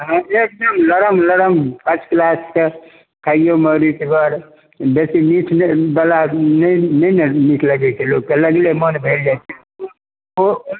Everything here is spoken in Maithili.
हँ एकदम लरम लरम फर्स्ट क्लास कऽ खाइओमे रुचिगर बेसी मीठ बला नहि ने नीक लगैत छै लोक कऽ लगले मन भरि जाइत छै ओ